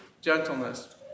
gentleness